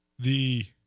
the